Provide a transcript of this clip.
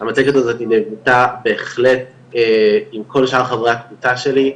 המצגת הזאת נבנתה בהחלט עם כל שאר חברי הקבוצה שלי,